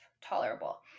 tolerable